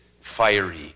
fiery